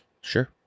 Sure